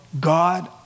God